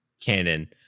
canon